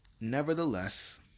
nevertheless